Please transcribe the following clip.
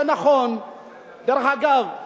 דרך אגב,